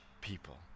people